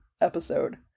episode